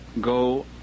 go